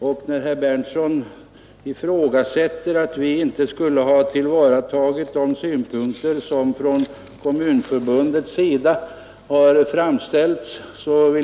Herr Berndtson i Linköping ifrågasätter att vi beaktat de synpunkter som Kommunförbundet har framfört.